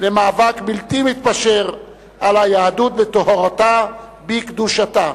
למאבק בלתי מתפשר על היהדות בטהרתה, בקדושתה.